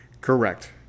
Correct